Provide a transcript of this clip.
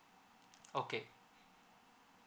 okay